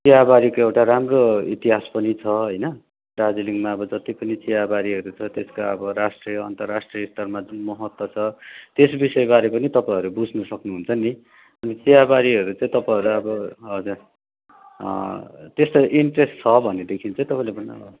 चियाबारीको एउटा राम्रो इतिहास पनि छ होइन दार्जिलिङमा अब जति पनि चियाबारीहरू छ त्यसको अब राष्ट्रिय अन्तराष्ट्रिय स्तरमा जुन महत्त्व छ त्यस विषयबारे पनि तपाईँहरू बुझ्नु सक्नुहुन्छ नि चियाबारीहरू चाहिँ तपाईँहरूलाई अब हजुर त्यस्तो इन्ट्रेस छ भनदेखि चाहिँ तपाईँहरूले पनि